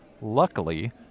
Luckily